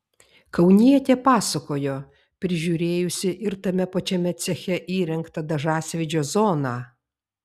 kaunietė pasakojo prižiūrėjusi ir tame pačiame ceche įrengtą dažasvydžio zoną